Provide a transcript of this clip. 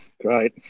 Great